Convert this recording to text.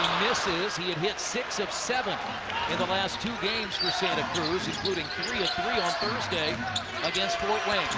misses. he had hit six of seven in the last two games for santa cruz, including three of three on thursday against fort wayne.